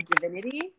divinity